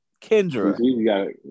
Kendra